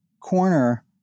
corner